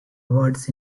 awards